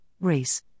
race